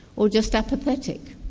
or just apathetic.